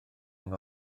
yng